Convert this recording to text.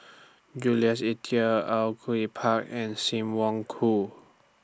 Jules Itier Au Yue Pak and SIM Wong Hoo